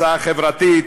הצעה חברתית,